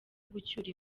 gucyura